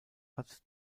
hat